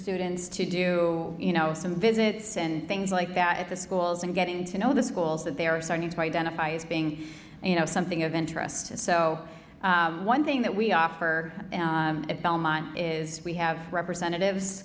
students to do you know some visits and things like that at the schools and getting to know the schools that they are starting to identify as being you know something of interest and so one thing that we offer at belmont is we have representative